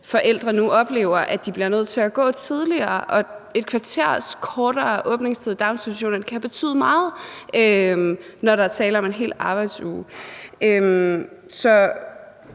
forældre nu oplever, at de bliver nødt til at gå tidligere, og 15 minutters kortere åbningstid i daginstitutionerne kan betyde meget, når der er tale om en hel arbejdsuge.